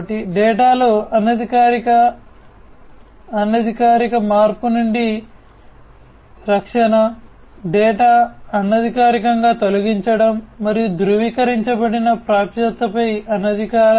కాబట్టి డేటాలో అనధికార అనధికారిక మార్పు నుండి రక్షణ డేటా అనధికారికంగా తొలగించడం మరియు ధృవీకరించబడని ప్రాప్యతపై అనధికార